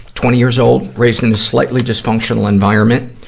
twenty years old, raised in a slightly dysfunctional environment.